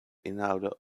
inhouden